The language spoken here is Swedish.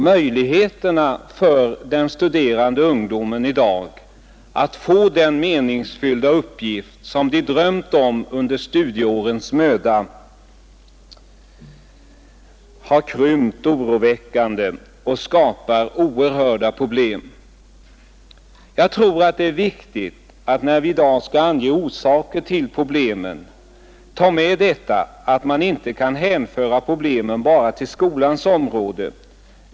Möjligheterna för den ungdom som studerar i dag att få den meningsfyllda uppgift som man drömt om under studieårens möda har krympt oroväckande och skapar oerhörda problem. När vi i dag skall ange orsakerna till problemen tror jag det är viktigt att ha i minnet att man inte kan hänföra problemen bara till skolans område.